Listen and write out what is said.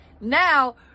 now